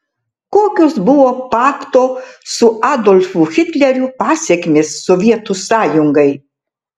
kokios buvo pakto su adolfu hitleriu pasekmės sovietų sąjungai